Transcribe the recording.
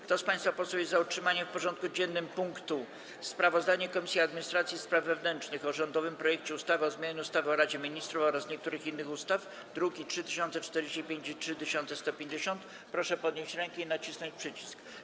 Kto z państwa posłów jest za utrzymaniem w porządku dziennym punktu: Sprawozdanie Komisji Administracji i Spraw Wewnętrznych o rządowym projekcie ustawy o zmianie ustawy o Radzie Ministrów oraz niektórych innych ustaw, druki nr 3045 i 3150, proszę podnieść rękę i nacisnąć przycisk.